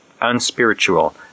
unspiritual